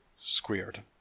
squared